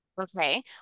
okay